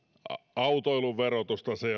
autoilun verotusta